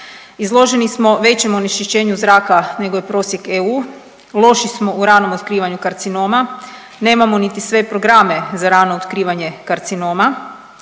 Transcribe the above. izloženi smo većem onečišćenju zraka nego je prosjek EU, loši smo u ranom otkrivanju karcinoma, nemamo niti sve programe za rano otkrivanje karcinoma,